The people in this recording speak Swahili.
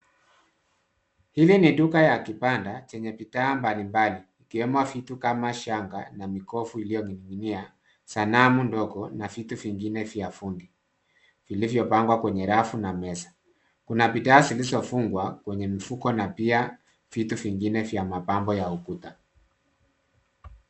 Hili ni duka ya kibanda chenye bidhaa mbalimbali ikiwemo vitu kama shanga na mikofu ilioning'inia, sanamu ndogo na vitu vingine vya fundi vilivyopangwa kwenye rafu na meza. Kuna bidhaa zilizofugwa kwenye mifuko na pia vitu vingine vya mapambo ya ukuta.